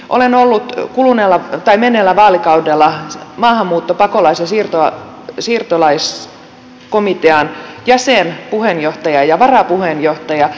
olen ollut menneellä vaalikaudella maahanmuutto pakolais ja siirtolaiskomitean jäsen puheenjohtaja ja varapuheenjohtaja